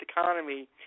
economy